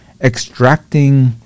Extracting